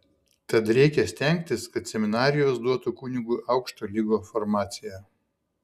tad reikia stengtis kad seminarijos duotų kunigui aukšto lygio formaciją